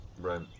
Right